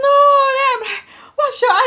no then I'm like what should I